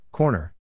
Corner